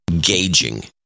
gauging